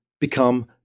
become